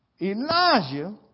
Elijah